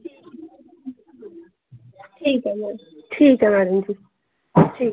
ठीक ऐ मैम ठीक ऐ मैडम जी ठीक